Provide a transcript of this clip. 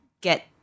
get